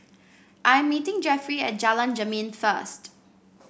I am meeting Jeffrey at Jalan Jermin first